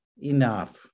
enough